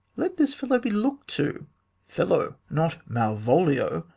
let this fellow be look'd to fellow! not malvolio,